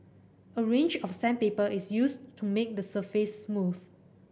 a range of sandpaper is used to make the surface smooth